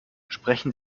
sprechen